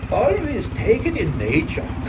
always take it in nature